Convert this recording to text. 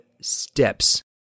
steps